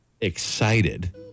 excited